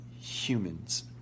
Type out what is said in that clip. humans